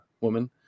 woman